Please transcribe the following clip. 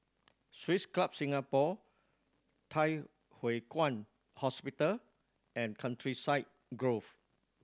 Swiss Club Singapore Thye Hua Kwan Hospital and Countryside Grove